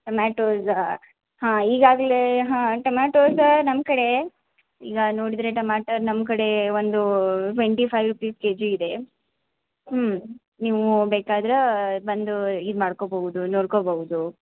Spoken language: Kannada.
ಟೊಮ್ಯಾಟೊ ದ ಹಾಂ ಈಗಾಗಲೇ ಹಾಂ ಟಮ್ಯಾಟೋ ಸಹ ನಮ್ಮ ಕಡೆ ಈಗ ನೋಡಿದರೆ ಟಮ್ಯಾಟೊ ನಮ್ಮ ಕಡೆ ಒಂದು ಟ್ವೆಂಟಿ ಫೈವ್ ರುಪೀಸ್ ಕೆಜಿ ಇದೆ ಹ್ಞೂ ನೀವು ಬೇಕಾದ್ರೆ ಬಂದು ಇದು ಮಾಡ್ಕೊಬೌದು ನೋಡ್ಕೊಬೌದು